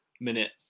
minute